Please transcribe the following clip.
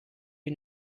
you